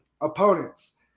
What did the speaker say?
opponents